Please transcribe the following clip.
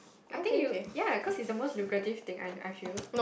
I think you ya because is the most lucrative thing I I feel